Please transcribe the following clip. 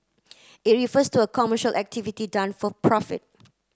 it refers to a commercial activity done for profit